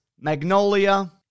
magnolia